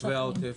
תושבי העוטף?